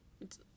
It's-